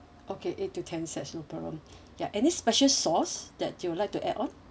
okay eight to ten set no problem ya any special sauce that you would like to add on